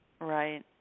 Right